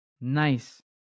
nice